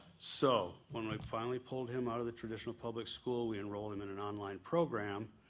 so when we finally pulled him out of the traditional public school, we enrolled him in an online program,